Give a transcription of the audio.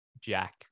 Jack